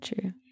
true